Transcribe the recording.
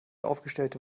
aufgestellte